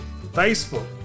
Facebook